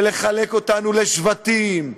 ולחלק אותנו לשבטים,